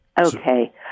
Okay